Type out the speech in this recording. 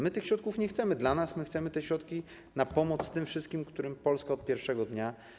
My tych środków nie chcemy dla nas, my chcemy je przeznaczyć na pomoc tym wszystkim, którym Polska pomaga od pierwszego dnia.